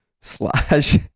Slash